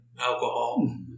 alcohol